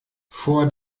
vor